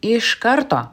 iš karto